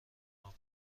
موفق